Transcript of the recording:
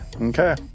Okay